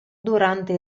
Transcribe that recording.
durante